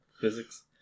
Physics